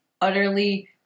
utterly